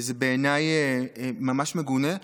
וזה בעיניי ממש מגונה.